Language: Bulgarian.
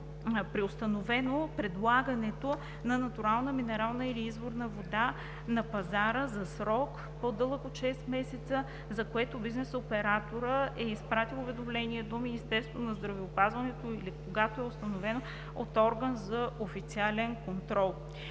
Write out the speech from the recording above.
преустановено предлагането на натурална минерална или изворна вода на пазара за срок, по-дълъг от 6 месеца, за което бизнес операторът е изпратил уведомление до Министерството на здравеопазването или когато е установено от орган за официален контрол.